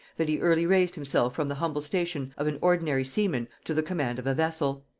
that he early raised himself from the humble station of an ordinary seaman to the command of a vessel.